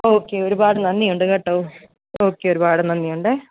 okay ഒരുപാട് നന്ദിയുണ്ട് കേട്ടോ ഓക്കെ ഒരുപാട് നന്ദിയുണ്ടേ